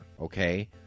okay